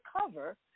cover